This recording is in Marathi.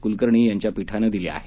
कुलकर्णी यांच्या पीठानं दिले आहेत